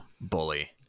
Bully